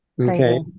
Okay